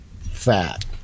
fat